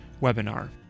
webinar